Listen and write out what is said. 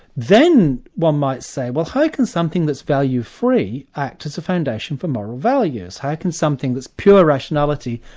then one might say, well how can something that's value-free act as a foundation for moral values? how can something that's pure rationality,